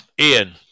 Ian